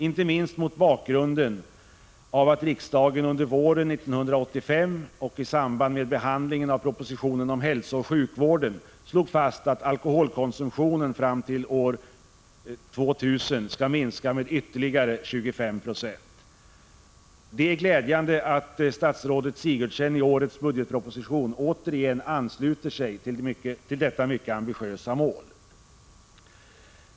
Inte minst mot bakgrunden av att riksdagen under våren 1985 — i samband med behandlingen av propositionen om hälsooch sjukvården — slog fast att alkoholkonsumtionen fram till år 2000 skall minska med ytterligare 25 96. Det är glädjande att statsrådet Sigurdsen i årets budgetproposition återigen ansluter sig till detta mycket ambitiösa mål.